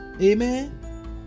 Amen